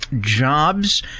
jobs